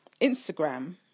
Instagram